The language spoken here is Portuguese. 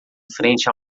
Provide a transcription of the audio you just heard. frente